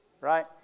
Right